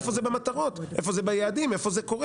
איפה זה במטרות, איפה זה ביעדים, איפה זה קורה.